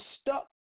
stuck